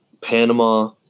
Panama